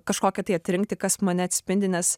kažkokią tai atrinkti kas mane atspindi nes